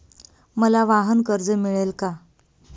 मला वाहनकर्ज मिळेल का?